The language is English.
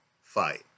fight